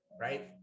right